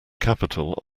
capital